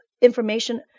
information